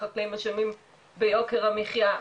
החקלאים אשמים ביוקר המחייה.